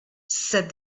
said